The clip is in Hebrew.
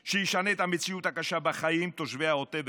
שישנה את המציאות הקשה שבה חיים תושבי העוטף והדרום.